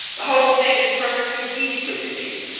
the whole thing is perfectly beastly to me.